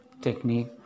technique